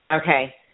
Okay